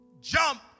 jump